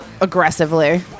aggressively